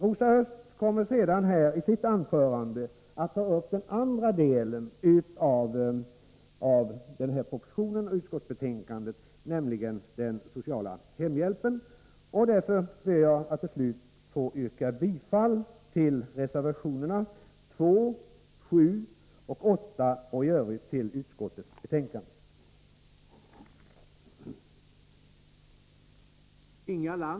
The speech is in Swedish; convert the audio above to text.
Rosa Östh kommer att i sitt anförande ta upp den andra delen i propositionen och utskottsbetänkandet, nämligen den sociala hemhjälpen. Därför ber jag att till slut få yrka bifall till reservationerna 2, 7 och 8 samt i Övrigt bifall till utskottets hemställan.